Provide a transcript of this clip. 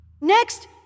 Next